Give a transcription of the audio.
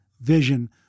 vision